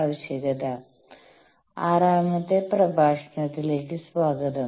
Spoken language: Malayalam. ആറാമത്തെ പ്രഭാഷണത്തിലേക്ക് സ്വാഗതം